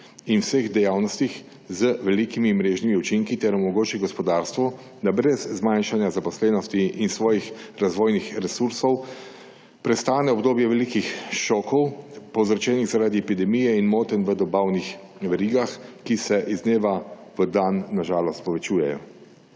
in vseh dejavnostih z velikimi mrežnimi učinki, ter omogoči gospodarstvu, da brez zmanjšanja zaposlenosti in svojih razvojnih resursov prestane obdobje velikih šokov, povzročenih zaradi epidemije in motenj v dobavnih verigah, ki se iz dneva v dan na žalost povečujejo.